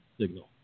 signal